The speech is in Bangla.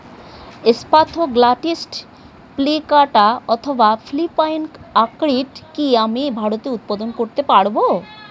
স্প্যাথোগ্লটিস প্লিকাটা অথবা ফিলিপাইন অর্কিড কি আমি ভারতে উৎপাদন করতে পারবো?